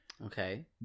Okay